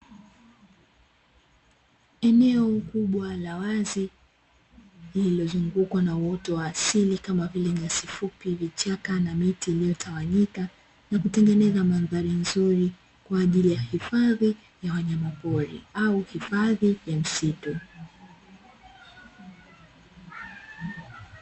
Eneo kubwa la wazi, lililozungukwa na uoto wa asili kama vile nyasi fupi, vichaka na miti iliyotawanyika, na kutengeneza mandhari nzuri kwa ajili ya hifadhi ya wanyama pori au hifadhi ya misitu.